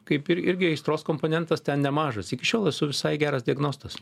kaip ir irgi aistros komponentas ten nemažas iki šiol esu visai geras diagnostas